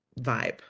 vibe